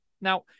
Now